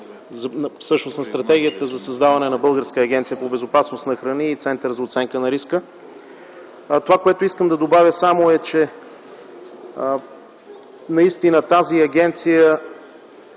на Стратегията за създаване на Българска агенция по безопасност на храните и Център за оценка на риска. Това, което искам да добавя само, е, че наистина тази агенция,